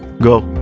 go!